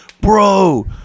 bro